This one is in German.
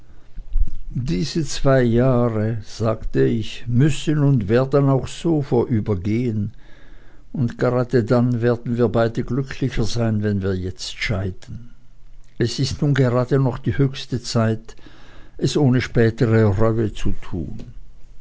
diese zwei jahre sagte ich müssen und werden auch so vorübergehen und gerade dann werden wir beide glücklicher sein wenn wir jetzt scheiden es ist nun gerade noch die höchste zeit es ohne spätere reue zu tun